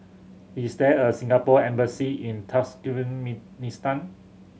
is there a Singapore Embassy in